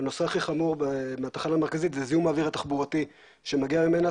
והנושא הכי חמור זה בתחנה מרכזית זה זיהום האוויר התחבורתי שמגיע ממנה,